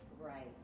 Right